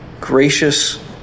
gracious